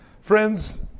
Friends